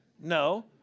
No